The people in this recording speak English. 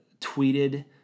tweeted